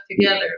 together